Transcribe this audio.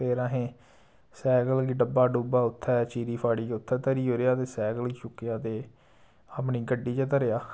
फिर असें सैकल गी डब्बा डुब्बा उत्थै गै चीरी फाड़ियै उत्थै धरी ओड़ेआ ते सैकल चुक्केआ ते अपनी गड्डी च धरेआ